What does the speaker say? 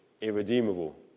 irredeemable